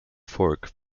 fork